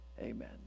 amen